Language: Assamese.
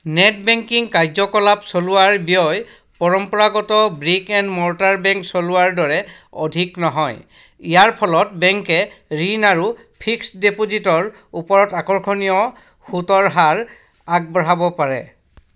নেট বেংকিং কাৰ্য্যকলাপ চলোৱাৰ ব্যয় পৰম্পৰাগত ব্ৰিক এণ্ড মৰ্টাৰ বেংক চলোৱাৰ দৰে অধিক নহয় ইয়াৰ ফলত বেংকে ঋণ আৰু ফিক্সড ডিপ'জিটৰ ওপৰত আকৰ্ষণীয় সূতৰ হাৰ আগবঢ়াব পাৰে